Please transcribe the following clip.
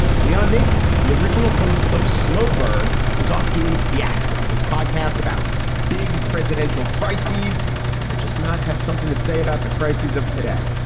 leon neyfakh, the original host of slow burn is off doing fiasco. his podcast about big presidential crises that just might have something to say about the crises of today.